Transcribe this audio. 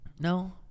No